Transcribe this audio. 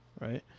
right